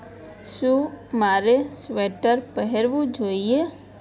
શું મારે સ્વેટર પહેરવું જોઇએ